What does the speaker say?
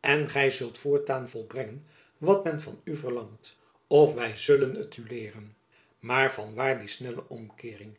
en gy zult voortaan volbrengen wat men van u verlangt of wy zullen t u leeren maar van waar die snelle omkeering